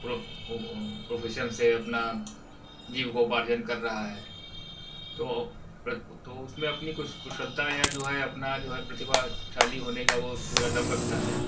pro profession से अपना जीवकोपार्जन कर रहा है तो तो उसमें अपनी कुशलता या जो है अपना जो है प्रतिभाशाली होने का वह पूरा दम रखता है